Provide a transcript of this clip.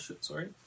sorry